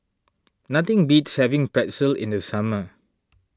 nothing beats having Pretzel in the summer